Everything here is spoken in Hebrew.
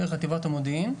דרך חטיבת המודיעין,